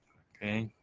okay.